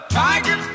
tiger